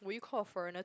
will you call a foreigner